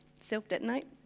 Self-detonate